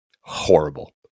horrible